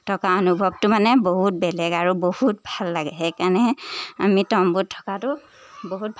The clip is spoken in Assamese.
থকা অনুভৱটো মানে বহুত বেলেগ আৰু বহুত ভাল লাগে সেইকাৰণেহে আমি তম্বুত থকাটো বহুত